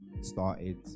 started